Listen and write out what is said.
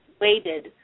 waited